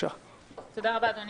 אגף תקציבים,